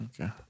okay